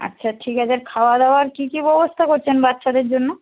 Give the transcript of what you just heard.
আচ্ছা ঠিক আছে খাওয়া দাওয়ার কী কী ব্যবস্থা করছেন বাচ্চাদের জন্য